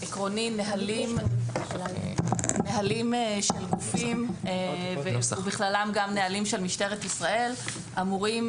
עקרוני נהלים של גופים ובכללם גם נהלים של משטרת ישראל אמורים